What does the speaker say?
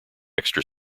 extra